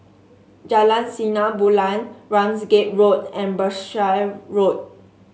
Jalan Sinar Bulan Ramsgate Road and Berkshire Road